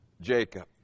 Jacob